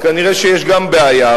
אז כנראה יש גם בעיה,